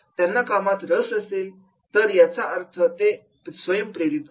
त्यांना कामात रस असेल तर याचा अर्थ ते स्वयंप्रेरित आहेत